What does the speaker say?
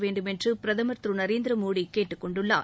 வேண்டும் என்று பிரதமர் திரு நரேந்திர மோடி கேட்டுக்கொண்டுள்ளார்